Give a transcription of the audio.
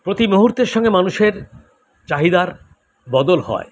প্রতি মুহুর্তের সঙ্গে মানুষের চাহিদার বদল হয়